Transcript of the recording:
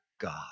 God